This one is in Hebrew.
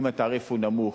אם התעריף הוא נמוך,